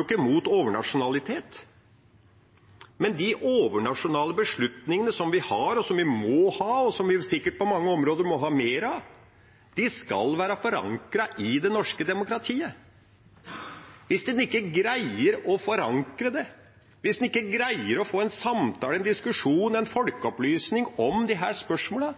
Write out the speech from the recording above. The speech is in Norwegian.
ikke imot overnasjonalitet, men de overnasjonale beslutningene som vi har, som vi må ha, og som vi sikkert på mange områder må ha mer av, skal være forankret i det norske demokratiet. Hvis en ikke greier å forankre det, hvis en ikke greier å få en samtale, en diskusjon, en folkeopplysning om disse spørsmålene,